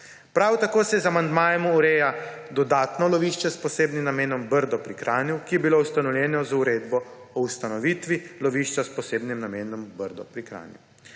Prav tako se z amandmajem ureja dodatno lovišče s posebnim namenom Brdo pri Kranju, ki je bilo ustanovljeno z uredbo o ustanovitvi lovišča s posebnim namenom Brdo pri Kranju.